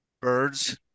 birds